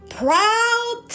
proud